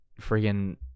Freaking